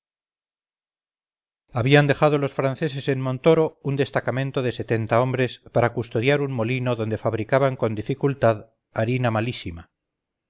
habían dejado los franceses en montoro un destacamento de setenta hombres para custodiar un molino donde fabricaban con dificultad harina malísima